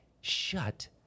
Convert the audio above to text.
shut